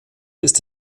ist